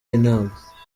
inama